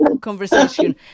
conversation